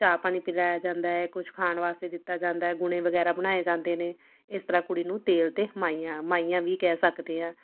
ਚਾਹ ਪਾਣੀ ਪਿਲਾਇਆ ਜਾਂਦਾ ਏ ਕੁਛ ਖਾਣ ਵਾਸਤੇ ਦਿੱਤਾ ਜਾਂਦਾ ਗੁਣੇ ਵਗੈਰਾ ਬਣਾਏ ਜਾਂਦੇ ਨੇ ਇਸ ਤਰ੍ਹਾਂ ਕੁੜੀ ਨੂੰ ਤੇਲ ਅਤੇ ਮਾਈਆਂ ਮਾਈਆਂ ਵੀ ਕਹਿ ਸਕਦੇ ਹਾਂ